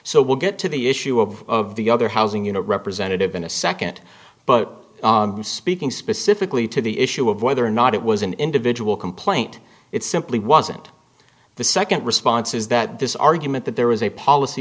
so we'll get to the issue of the other housing unit representative in a second but speaking specifically to the issue of whether or not it was an individual complaint it simply wasn't the second response is that this argument that there was a policy